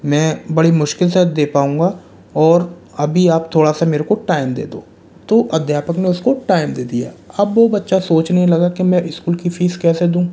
मैं बड़ी मुश्किल से दे पाऊंगा और अभी आप थोड़ा सा मेरे को टाइम दे दो तो अध्यापक ने उसको टाइम दे दिया अब वह बच्चा सोचने लगा कि मैं स्कूल की फ़ीस कैसे दूँ